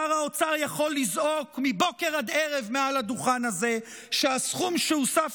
שר האוצר יכול לזעוק מבוקר עד ערב מעל הדוכן הזה שהסכום שהוסף